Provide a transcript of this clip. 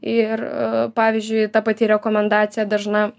ir pavyzdžiui ta pati rekomendacija dažna